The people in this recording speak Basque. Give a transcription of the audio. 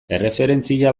erreferentzia